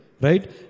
Right